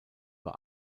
bei